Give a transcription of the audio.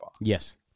Yes